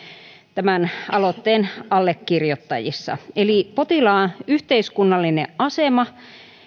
tämän aloitteen allekirjoittajien joukossa eli potilaan yhteiskunnallinen asema